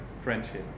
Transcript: friendship